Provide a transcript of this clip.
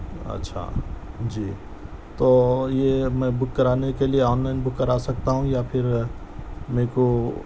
اچھا جی تو یہ میں بک کرانے کے لئے آن لائن بک کرا سکتا ہوں یا پھر میرے کو